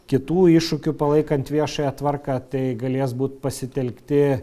kitų iššūkių palaikant viešąją tvarką tai galės būt pasitelkti